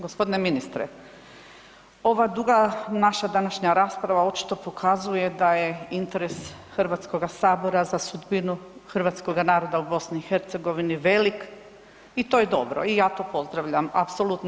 Gospodine ministre, ova duga naša današnja rasprava očito pokazuje da je interes Hrvatskoga sabora za sudbinu Hrvatskoga naroda u BiH velik i to je dobro i ja to pozdravljam aposolutno.